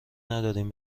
ندارین